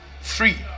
Free